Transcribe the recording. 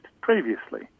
previously